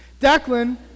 Declan